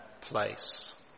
place